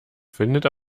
findet